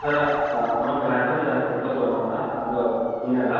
sir आम्हाला बाहेरगावी जायचं होतं लोणावळा आपलं पुण्याला